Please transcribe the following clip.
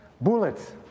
bullets